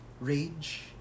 rage